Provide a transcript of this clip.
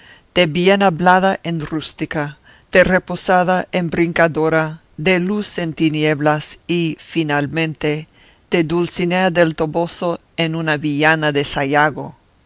de bien hablada en rústica de reposada en brincadora de luz en tinieblas y finalmente de dulcinea del toboso en una villana de sayago